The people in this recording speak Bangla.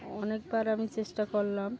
অনেকবার আমি চেষ্টা করলাম